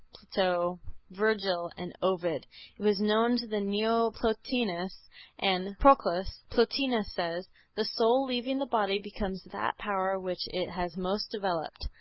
so virgil and ovid. it was known to the neo-platonists, plotinus and proclus. plotinus says the soul leaving the body becomes that power which it has most developed.